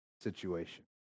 situation